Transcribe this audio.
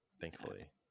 thankfully